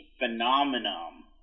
phenomenon